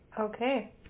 Okay